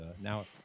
now